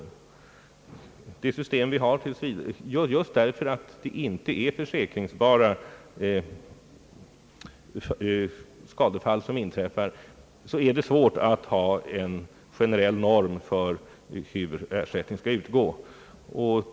Just därför att de skadefall av detta slag som inträffar inte är försäkringsbara är det svårt att ha en generell norm för hur ersättningen skall utgå.